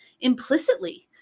implicitly